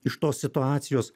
iš tos situacijos